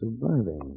surviving